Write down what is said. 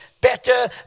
better